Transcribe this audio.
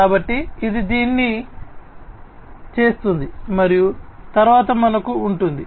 కాబట్టి ఇది దీన్ని చేస్తుంది మరియు తరువాత మనకు ఉంటుంది